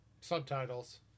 Subtitles